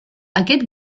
aquest